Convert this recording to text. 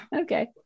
Okay